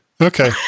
Okay